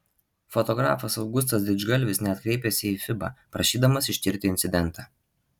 fotografas augustas didžgalvis net kreipėsi į fiba prašydamas ištirti incidentą